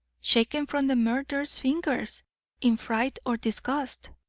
shaken from the murderer's fingers in fright or disgust.